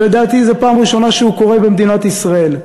ולדעתי זו פעם ראשונה שהוא קורה במדינת ישראל: